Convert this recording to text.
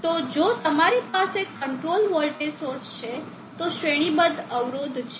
તો જો તમારી પાસે કંટ્રોલ વોલ્ટેજ સોર્સ છે તો શ્રેણીબદ્ધ અવરોધ છે